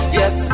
yes